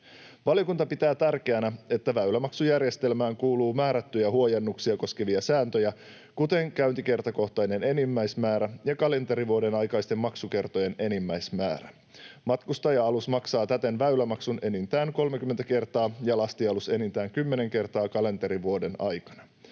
Valiokunta pitää tärkeänä, että väylämaksujärjestelmään kuuluu määrättyjä huojennuksia koskevia sääntöjä, kuten käyntikertakohtainen enimmäismäärä ja kalenterivuoden aikaisten maksukertojen enimmäismäärä. Matkustaja-alus maksaa täten väylämaksun enintään 30 kertaa ja lastialus enintään kymmenen kertaa kalenterivuoden aikana.